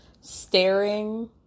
staring